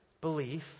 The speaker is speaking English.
belief